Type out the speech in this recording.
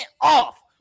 off